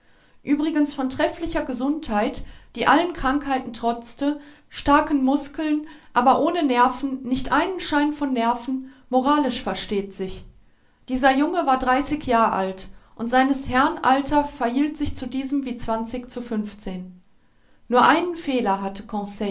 uebrigens von trefflicher gesundheit die allen krankheiten trotzte starken muskeln aber ohne nerven nicht einen schein von nerven moralisch versteht sich dieser junge war dreißig jahr alt und seines herrn alter verhielt sich zu diesem wie zwanzig zu fünfzehn nur einen fehler hatte